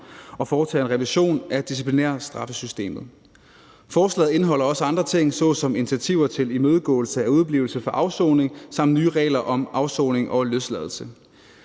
og foretager en revision af disciplinærstraffesystemet. Forslaget indeholder også andre ting såsom initiativer til imødegåelse af udeblivelse fra afsoning samt nye regler om afsoning og løsladelse.